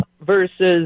versus